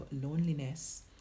loneliness